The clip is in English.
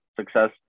success